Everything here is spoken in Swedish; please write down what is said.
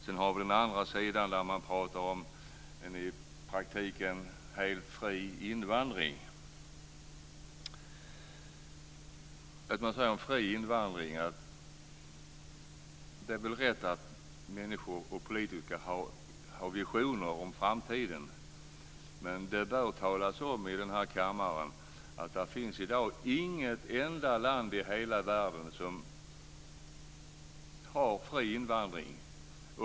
Sedan har vi den andra sidan där man talar om en i praktiken helt fri invandring. Det är väl rätt att politiker och andra människor har visioner om framtiden, men det bör talas om i denna kammare att det i dag inte finns ett enda land i hela världen som har fri invandring.